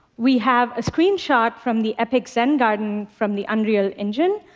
we have a screen shot from the epic zen garden from the unreal engine.